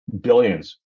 billions